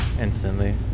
instantly